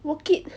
work it